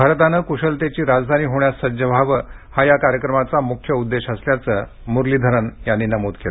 भारतानं कुशलतेची राजधानी होण्यास सज्ज व्हावं हा या कार्यक्रमाचा मुख्य उद्देश असल्याचं मुरलीधरन यांनी नमूद केलं